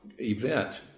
event